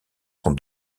sont